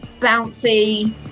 bouncy